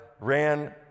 Ran